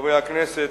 חברי הכנסת,